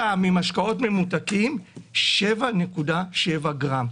הפעם השלישית שאני מגיע לכאן כנציג של כל התעשייה.